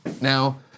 Now